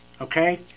Okay